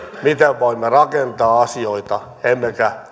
miten voimme rakentaa asioita emmekä